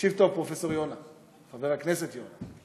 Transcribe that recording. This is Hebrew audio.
תקשיב טוב, פרופ' יונה, חבר הכנסת יונה.